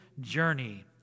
journey